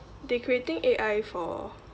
they creating A_I for